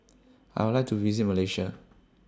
I Would like to visit Malaysia